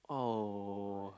oh